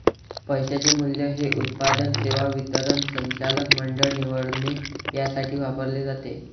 पैशाचे मूल्य हे उत्पादन, सेवा वितरण, संचालक मंडळ निवडणे यासाठी वापरले जाते